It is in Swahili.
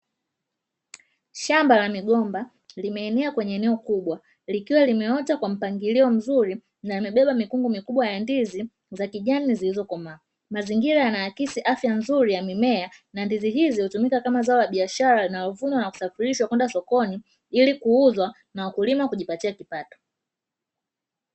Shamba la migomba limeenea kwenye eneo kubwa likiwa limeota kwa mpangilio mzuri na yamebeba mikungu mikubwa ya ndizi za kijani zilizokomaa. Mazingira yanaakisi afya nzuri ya mimea na ndizi hizo hutumika kama zao la biashara inayovunwa na kusafirishwa kwenda sokoni ili kuuzwa na wakulima kujipatia kipato.